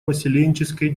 поселенческой